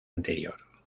anterior